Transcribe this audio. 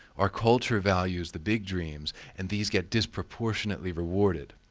our culture values the big dreams and these get disproportionately rewarded.